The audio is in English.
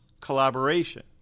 collaboration